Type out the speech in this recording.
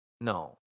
No